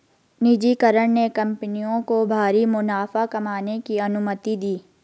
निजीकरण ने कंपनियों को भारी मुनाफा कमाने की अनुमति दी